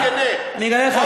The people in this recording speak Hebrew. אורן חזן, אני אענה לך.